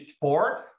four